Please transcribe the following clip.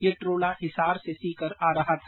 यह ट्रोला हिसार से सीकर आ रहा था